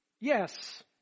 yes